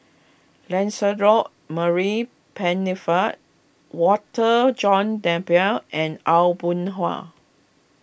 Lancelot Maurice Pennefather Walter John Napier and Aw Boon Haw